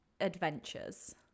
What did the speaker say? adventures